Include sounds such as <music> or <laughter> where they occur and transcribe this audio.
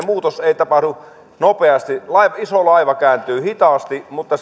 <unintelligible> muutos ei tapahdu nopeasti iso laiva kääntyy hitaasti mutta <unintelligible>